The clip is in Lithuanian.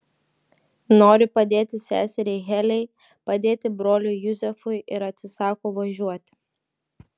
nori padėti seseriai heliai padėti broliui juzefui ir atsisako važiuoti